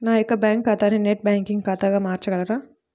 నా యొక్క బ్యాంకు ఖాతాని నెట్ బ్యాంకింగ్ ఖాతాగా మార్చగలరా?